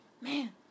Man